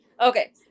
Okay